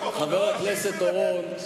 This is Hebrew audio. חבר הכנסת אורון,